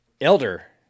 Elder